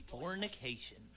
fornication